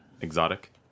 Exotic